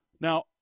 Now